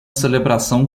celebração